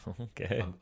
Okay